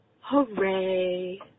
hooray